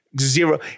Zero